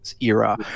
era